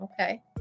Okay